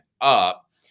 up